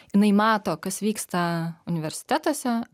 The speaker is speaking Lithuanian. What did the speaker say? jinai mato kas vyksta universitetuose